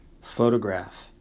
photograph